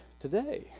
today